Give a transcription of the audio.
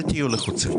אל תהיו לחוצים.